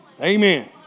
Amen